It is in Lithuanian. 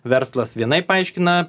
verslas vienaip paaiškina